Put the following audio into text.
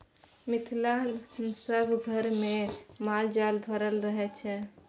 मिथिलाक सभ घरमे माल जाल भरल रहय छै